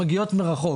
תגיע מרחוק.